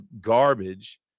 garbage